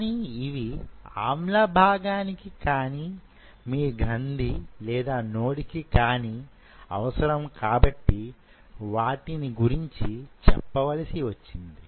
కానీ యివి ఆమ్ల భాగానికి కానీ మీ గ్రంధికి లేదా నోడ్ కి కానీ అవసరం కాబట్టి వాటి గురించి చెప్పవలసి వచ్చింది